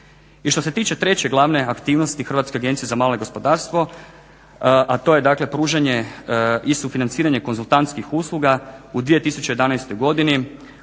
I što se tiče treće glavne aktivnosti Hrvatske agencije za malo gospodarstvo a to je dakle pružanje i sufinanciranje konzultantskih usluga u 2011. godini